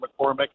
McCormick